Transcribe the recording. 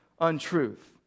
untruth